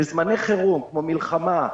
בזמני חירום כמו מלחמה,